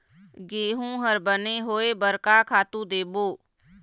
गेहूं हर बने होय बर का खातू देबो?